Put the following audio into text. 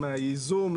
מהייזום,